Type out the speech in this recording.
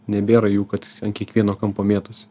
nebėra jų kad ant kiekvieno kampo mėtosi